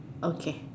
okay